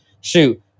Shoot